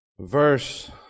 Verse